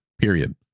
Period